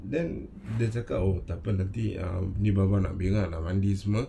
then dia cakap oh tak apa nanti err bapa nak berak nak mandi semua